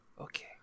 Okay